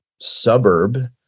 suburb